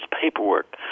paperwork